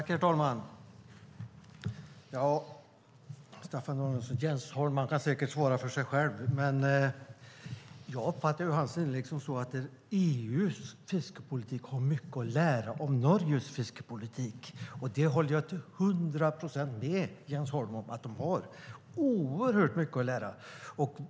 Herr talman! Jens Holm kan säkert svara för sig själv, Staffan Danielsson. Men jag uppfattade hans inlägg som att EU:s fiskepolitik har mycket att lära av Norges fiskepolitik. Och det håller jag till 100 procent med Jens Holm om. Man har oerhört mycket att lära.